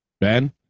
Ben